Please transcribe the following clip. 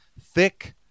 thick